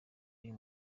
uyu